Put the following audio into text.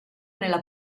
nella